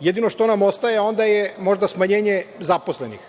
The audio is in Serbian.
Jedino što nam ostaje, onda je, možda smanjenje zaposlenih.